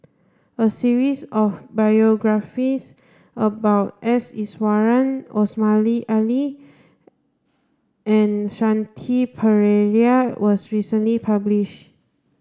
a series of biographies about S Iswaran Omar Ali and Shanti Pereira was recently published